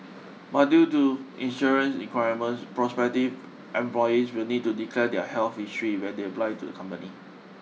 but due to insurance requirements prospective employees will need to declare their health history when they apply to the company